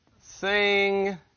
Sing